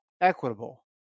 equitable